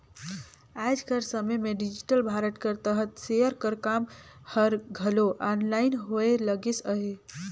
आएज कर समे में डिजिटल भारत कर तहत सेयर कर काम हर घलो आनलाईन होए लगिस अहे